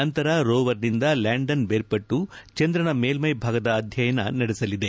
ನಂತರ ರೋವರ್ನಿಂದ ಲ್ಯಾಂಡನ್ ದೇರ್ಪಟ್ಟು ಚಂದ್ರನ ಮೇಲ್ವೈ ಭಾಗದ ಅಧ್ಯಯನ ನಡೆಸಲಿದೆ